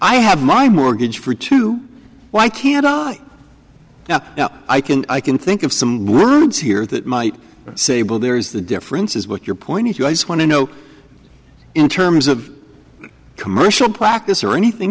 i have my mortgage for two why can't i now now i can i can think of some words here that might say well there is the difference is what your point is you guys want to know in terms of commercial practice or anything